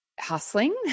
hustling